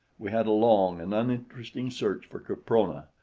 we had a long and uninteresting search for caprona,